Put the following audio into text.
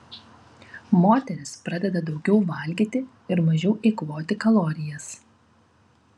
moteris pradeda daugiau valgyti ir mažiau eikvoti kalorijas